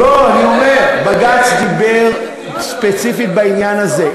לא, אני אומר, בג"ץ דיבר ספציפית בעניין הזה.